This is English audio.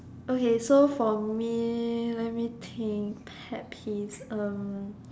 okay so for me let me think pet peeves um